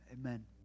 amen